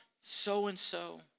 so-and-so